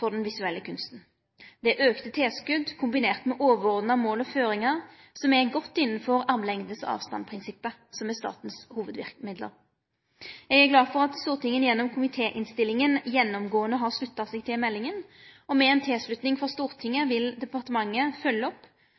for den visuelle kunsten. Det er auka tilskot, kombinert med overordna mål og føringar som er godt innanfor armlengds avstand-prinsippet, som er statens hovudverkemiddel. Eg er glad for at Stortinget gjennom komitéinnstillinga gjennomgåande har slutta seg til meldinga. Med ei tilslutning frå Stortinget vil departementet følgje opp